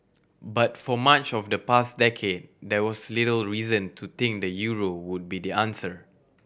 but for much of the past decade there was little reason to think the euro would be the answer